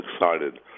excited